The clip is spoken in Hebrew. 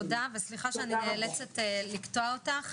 תודה, רות, וסליחה שאני נאלצת לקטוע אותך.